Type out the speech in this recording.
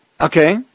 Okay